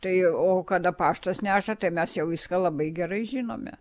tai o kada paštas neša tai mes jau viską labai gerai žinome